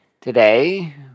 Today